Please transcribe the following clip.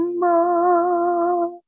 more